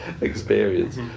experience